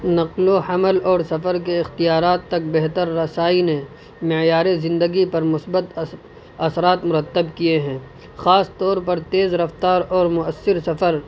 نقل و حمل اور سفر کے اختیارات تک بہتر رسائی نے معیار زندگی پر مثبت اثرات مرتب کیے ہیں خاص طور پر تیز رفتار اور مؤثر سفر